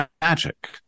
magic